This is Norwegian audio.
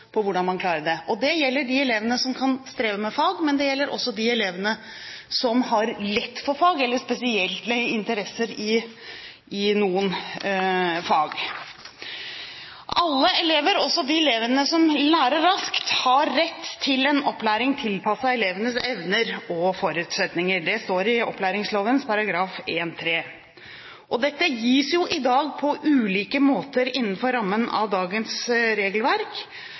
hvordan man klarer det. Det gjelder de elevene som kan streve med fag, men det gjelder også de elevene som har lett for fag, eller som har spesielle interesser i noen fag. Alle elever, også de elevene som lærer raskt, har rett til en opplæring tilpasset elevens evner og forutsetninger. Det står i opplæringsloven § 1-3. Dette gis i dag på ulike måter innenfor rammen av dagens regelverk.